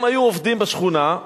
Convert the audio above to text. הם היו עובדים בשכונה.